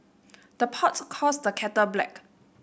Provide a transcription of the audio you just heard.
the pot calls the kettle black